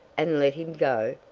and let him go?